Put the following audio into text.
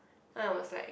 then I was like